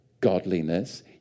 godliness